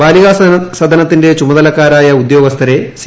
ബാലികാസദന ത്തിന്റെ ചുമതലക്കാരായ ഉദ്യോഗസ്ഥരെ സി